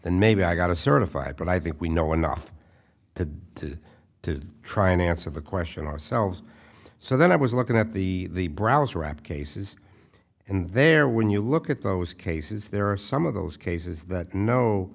then maybe i got a certified but i think we know enough to to to try and answer the question ourselves so then i was looking at the browser app cases and there when you look at those cases there are some of those cases that no